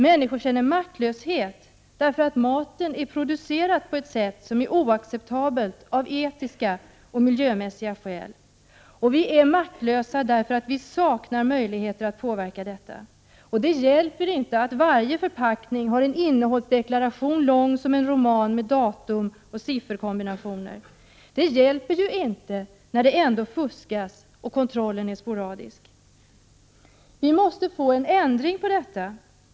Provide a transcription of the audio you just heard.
Människor känner maktlöshet därför att maten är producerad på ett sätt som är oacceptabelt av etiska och miljömässiga skäl. Vi människor är maktlösa därför att vi saknar möjlighet att påverka detta. Det hjälper inte att varje förpackning har en innehållsdeklaration lång som en roman med datum och sifferkombinationer. Det hjälper inte när det ändå fuskas och kontrollen är sporadisk. Vi måste få en ändring på detta.